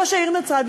ראש העיר נצרת,